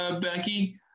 Becky